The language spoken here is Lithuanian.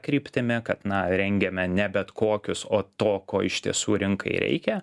kryptimi kad na rengiame ne bet kokius o to ko iš tiesų rinkai reikia